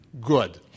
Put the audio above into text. Good